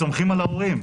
סומכים על ההורים.